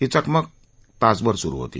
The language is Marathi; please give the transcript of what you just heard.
ही चकमक तासभर सुरु होती